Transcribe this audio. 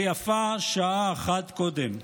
ויפה שעה אחת קודם.